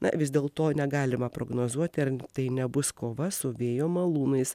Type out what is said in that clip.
na vis dėl to negalima prognozuoti ar tai nebus kova su vėjo malūnais